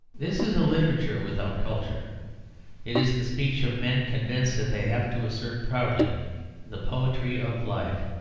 this is literature without culture it is the speech of men convinced that they have to assert proudly the poetry of life.